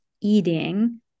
eating